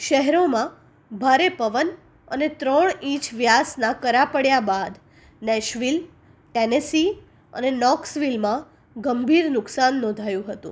શહેરોમાં ભારે પવન અને ત્રણ ઇંચ વ્યાસના કરા પડ્યા બાદ નેશવિલ ટેનેસી અને નોક્સવિલમાં ગંભીર નુકસાન નોંધાયું હતું